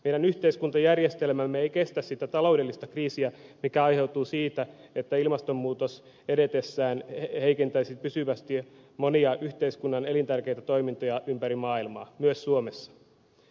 meidän yhteiskuntajärjestelmämme ei kestä sitä taloudellista kriisiä mikä aiheutuu siitä että ilmastonmuutos edetessään heikentäisi pysyvästi monia yhteiskunnan elintärkeitä toimintoja ympäri maailmaa myös suomessa